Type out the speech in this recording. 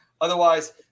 Otherwise